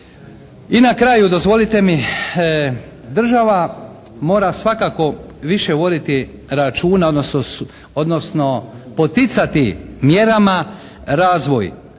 I na kraju dozvolite mi, država mora svakako više voditi računa, odnosno poticati mjerama razvoj